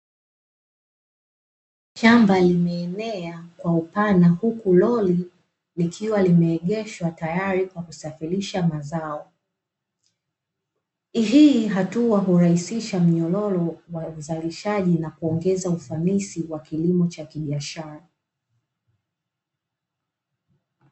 Shamba la mimea lililo enea kwa upana huku lori, likiwa limeegeshwa tayari kwa kusafirisha mazao, Hii hatua huongeza mnyororo wa uzalishaji na kuongeza ufanisi kwa kilimo cha kibiashara.